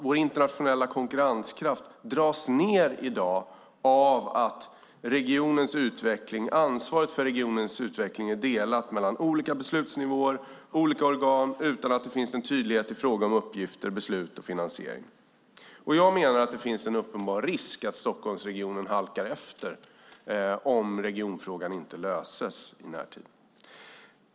Vår internationella konkurrenskraft dras i dag ned av att ansvaret för regionens utveckling är delat mellan olika beslutsnivåer och organ utan att det finns en tydlighet i fråga om uppgifter, beslut och finansiering. Jag menar att det finns en uppenbar risk att Stockholmsregionen halkar efter om regionfrågan inte löses i närtid.